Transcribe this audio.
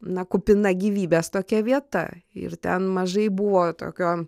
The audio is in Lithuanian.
na kupina gyvybės tokia vieta ir ten mažai buvo tokio